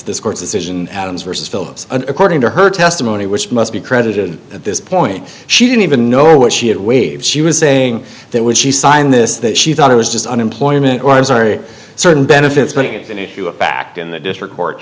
this court's decision adams versus films according to her testimony which must be credited at this point she didn't even know what she had waived she was saying that when she signed this that she thought it was just unemployment or i'm sorry certain benefits but it's an issue of fact in the district court